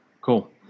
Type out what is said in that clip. Cool